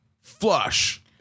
Flush